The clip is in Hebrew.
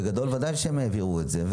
בוודאי שהם העבירו את זה,